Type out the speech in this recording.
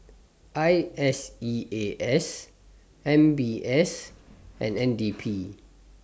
I S E A S M B S and N D P